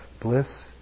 bliss